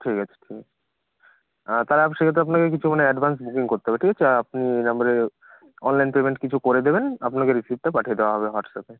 ঠিক আছে ঠিক আছে তাহলে সেক্ষেত্রে আপনাকে কিছু মানে অ্যাডভান্স বুকিং করতে হবে ঠিক আছে আপনি এই নাম্বারে অনলাইন পেমেন্ট কিছু করে দেবেন আপনাকে রিসিটটা পাঠিয়ে দেওয়া হবে হোয়াটসঅ্যাপে